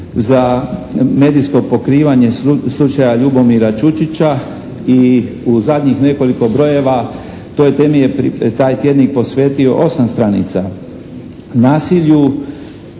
za medijsko pokrivanje slučaja Ljubomira Čučića i u zadnjih nekoliko brojeva toj temi je taj tjednik posvetio osam stranica. Nasilju